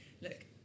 Look